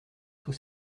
sous